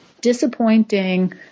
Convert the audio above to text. disappointing